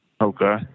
Okay